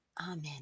Amen